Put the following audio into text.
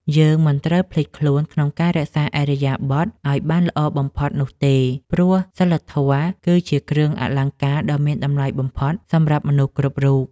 យើងមិនត្រូវភ្លេចខ្លួនក្នុងការរក្សាឥរិយាបថឱ្យបានល្អបំផុតនោះទេព្រោះសីលធម៌គឺជាគ្រឿងអលង្ការដ៏មានតម្លៃបំផុតសម្រាប់មនុស្សគ្រប់រូប។